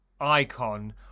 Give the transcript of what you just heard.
icon